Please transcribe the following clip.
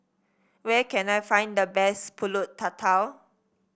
where can I find the best pulut tatal